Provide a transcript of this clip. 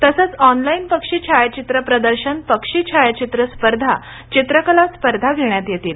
तसंच ऑनलाईन पक्षी छायाचित्र प्रदर्शन पक्षी छायाचित्र स्पर्धा चित्रकला स्पर्धा घेण्यात येतील